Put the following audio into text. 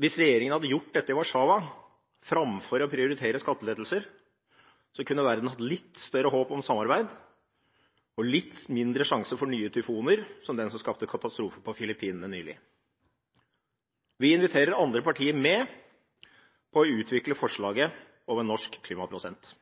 Hvis regjeringen hadde gjort dette i Warszawa framfor å prioritere skattelettelser, kunne verden hatt litt større håp om samarbeid og litt mindre sjanse for nye tyfoner som den som skapte katastrofen på Filippinene nylig. Vi inviterer andre partier med på å utvikle forslaget om en norsk klimaprosent.